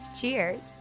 Cheers